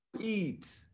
eat